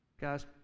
Guys